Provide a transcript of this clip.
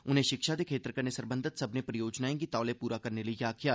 उनें शिक्षा दे खेत्तर कन्नै सरबंघत सब्मनें परियोजाएं गी तौले पूरा करने लेई आखेआ